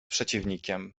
przeciwnikiem